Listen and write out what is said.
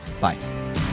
Bye